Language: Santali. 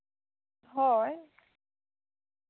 ᱦᱳᱭ